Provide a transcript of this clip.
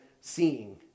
seeing